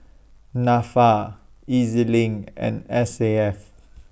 Nafa Ez LINK and S A F